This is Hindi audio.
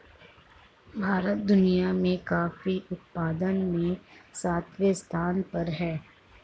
भारत दुनिया में कॉफी उत्पादन में सातवें स्थान पर है